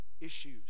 issues